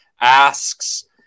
asks